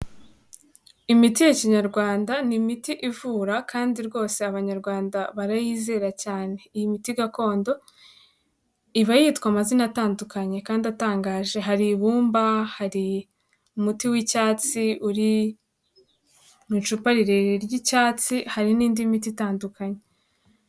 Imiti ya kinyarwanda ni imiti ivura kandi rwose abanyarwanda barayizera cyane, iyi miti gakondo iba yitwa amazina atandukanye kandi atangaje, hari ibumba, hari umuti w'icyatsi uri mu icupa rirerire ry'icyatsi, hari n'indi miti itandukanye.